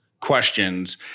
questions